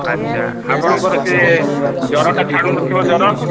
ଆଚ୍ଛା ଆପଣଙ୍କର ସେ ଜରଟା ଛାଡ଼ୁନଥିବ ଜର